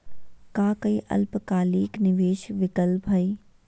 का काई अल्पकालिक निवेस विकल्प हई?